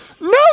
no